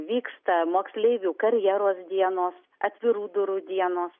vyksta moksleivių karjeros dienos atvirų durų dienos